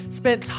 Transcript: spent